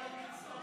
הכנסת